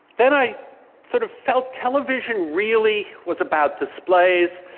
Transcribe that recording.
then i sort of felt television really was about displays.